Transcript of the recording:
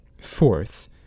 Fourth